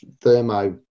thermo